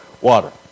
Water